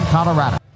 Colorado